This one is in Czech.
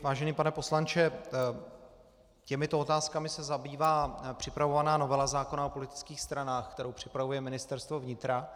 Vážený pane poslanče, těmito otázkami se zabývá připravovaná novela zákona o politických stranách, kterou připravuje Ministerstvo vnitra.